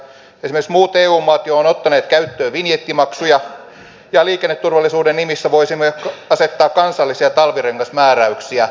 esimerkiksi muut eu maat jo ovat ottaneet käyttöön vinjettimaksuja ja liikenneturvallisuuden nimissä voisimme asettaa kansallisia talvirengasmääräyksiä